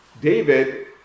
David